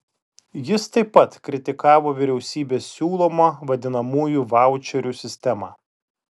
jis taip pat kritikavo vyriausybės siūlomą vadinamųjų vaučerių sistemą